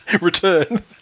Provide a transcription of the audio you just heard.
Return